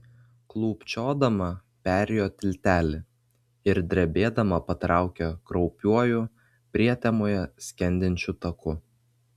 klūpčiodama perėjo tiltelį ir drebėdama patraukė kraupiuoju prietemoje skendinčiu taku